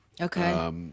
Okay